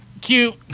cute